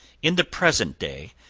in the present day,